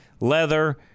Leather